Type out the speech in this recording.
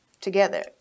together